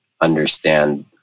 understand